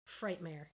Frightmare